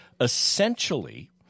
essentially